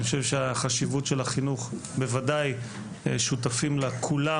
אני חושב שהחשיבות של החינוך בוודאי שותפים לה כולם,